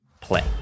play